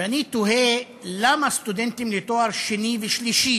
ואני תוהה: למה סטודנטים לתואר שני ושלישי